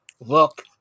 Look